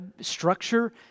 structure